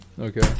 Okay